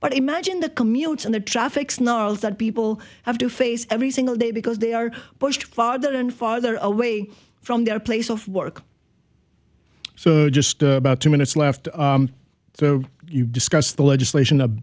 but imagine the commute and the traffic snarls that people have to face every single day because they are pushed farther and farther away from their place of work so just about two minutes left so you discuss the legislation